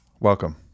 Welcome